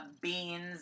beans